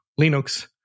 Linux